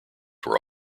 were